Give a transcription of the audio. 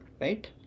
right